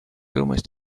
almost